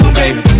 baby